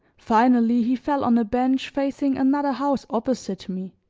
finally he fell on a bench facing another house opposite me.